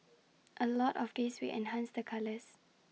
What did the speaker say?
A lot of this we enhanced the colours